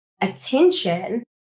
attention